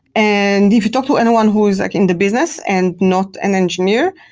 and if you talk to anyone who is like in the business and not an engineer,